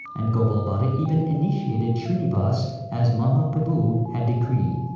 and gopal bhatta even initiated shrinivas, as mahaprabhu had decreed.